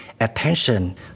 attention